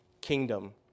kingdom